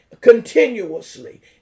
continuously